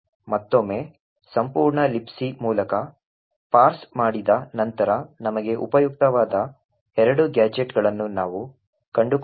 ಮತ್ತೊಮ್ಮೆ ಸಂಪೂರ್ಣ Libc ಮೂಲಕ ಪಾರ್ಸ್ ಮಾಡಿದ ನಂತರ ನಮಗೆ ಉಪಯುಕ್ತವಾದ ಎರಡು ಗ್ಯಾಜೆಟ್ಗಳನ್ನು ನಾವು ಕಂಡುಕೊಂಡೆವು